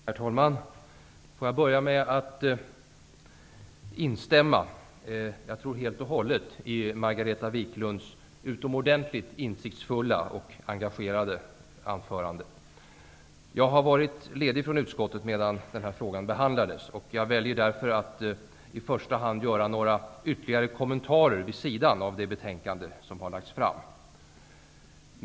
Herr talman! Låt mig börja med att instämma -- jag tror helt och hållet -- i Margareta Viklunds utomordentligt insiktsfulla och engagerade anförande. Jag har varit ledig från utskottet medan den här frågan behandlats. Jag väljer därför att i första hand göra några ytterligare kommentarer vid sidan av det betänkande som har lagts fram.